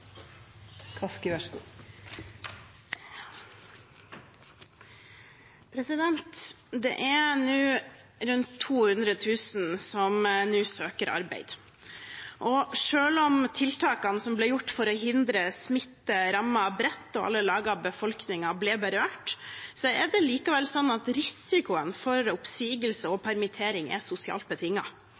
nå rundt 200 000 som søker arbeid. Selv om tiltakene som ble gjort for å hindre smitte, rammet bredt og alle lag av befolkningen ble berørt, er det likevel sånn at risikoen for oppsigelse og permittering er sosialt